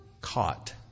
caught